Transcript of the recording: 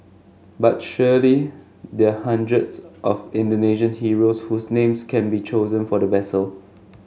but surely there are hundreds of Indonesian heroes whose names can be chosen for the vessel